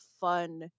fun